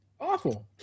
Awful